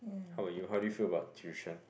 how about you how do you feel about tuition